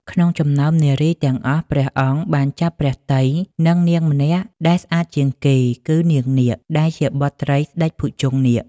ក្នុងចំណោមនារីទាំងអស់ ព្រះអង្គក៏បានចាប់ព្រះទ័យនឹងនាងម្នាក់ដែលស្អាតជាងគេ គឺ នាងនាគ ដែលជាបុត្រីស្ដេចភុជង្គនាគ។